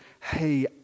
hey